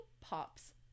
Pops